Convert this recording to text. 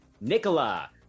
Nicola